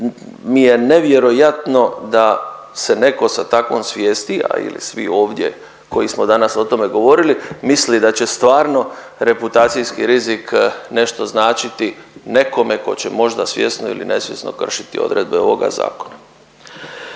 mi je nevjerojatno da se netko sa takvom svijesti ili svi ovdje koji smo danas o tome govorili, mislili da će stvarno reputacijski rizik nešto značiti nekome tko će možda svjesno ili nesvjesno kršiti odredbe ovoga zakona.